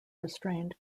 restrained